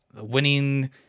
winning